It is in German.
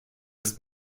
hast